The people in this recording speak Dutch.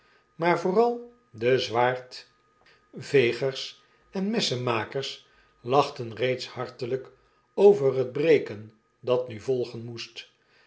maar vooral de zwaardvegers en messenmakers lachten reeds hartelyk over het breken dat nu volgen moest